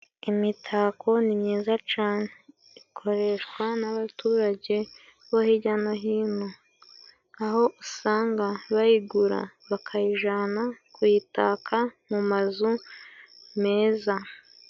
Imitako ni myiza cane. Ikoreshwa n'abaturage bo hirya no hino aho usanga bayigura bakayijana kuyitaka mu mazu meza.